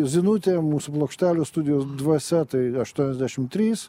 zinutė mūsų plokštelių studijos dvasia tai aštuoniasdešim trys